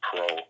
Pro